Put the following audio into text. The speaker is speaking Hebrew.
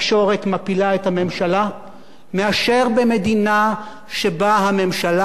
מאשר במדינה שבה הממשלה מפילה את התקשורת.